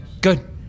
Good